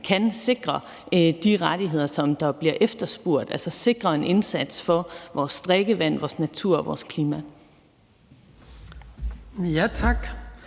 kan sikre de rettigheder, der bliver efterspurgt, altså sikre en indsats for vores drikkevand, vores natur og vores klima. Kl.